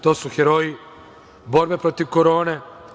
To su heroji borbe protiv korone.